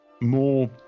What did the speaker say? more